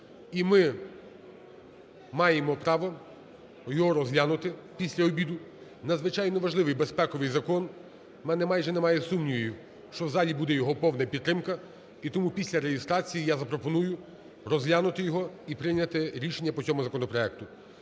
і ми маємо право його розглянути після обіду. Надзвичайно важливий безпековий закон. У мене майже немає сумнівів, що в залі буде його повна підтримка, і тому після реєстрації я запропоную розглянути його і прийняти рішення по цьому законопроекту.